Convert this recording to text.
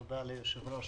תודה ליושב-ראש